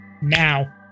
now